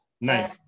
Nice